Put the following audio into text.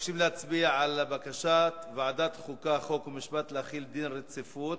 מוסיפים את חבר הכנסת דוד רותם,